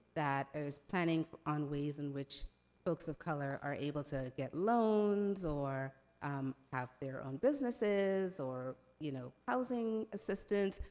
that is planning on ways in which folks of color are able to get loans, or um have their own businesses, or you know housing assistance.